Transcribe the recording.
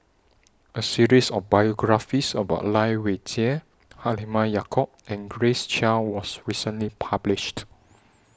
A series of biographies about Lai Weijie Halimah Yacob and Grace Chia was recently published